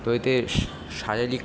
তো এতে শারীরিক